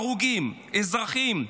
הרוגים, אזרחים,